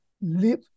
live